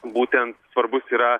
būtent svarbus yra